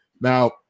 Now